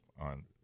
on